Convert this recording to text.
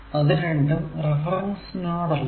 അത് രണ്ടും റഫറൻസ് നോഡല്ല